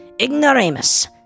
ignoramus